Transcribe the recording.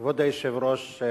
כבוד היושב-ראש,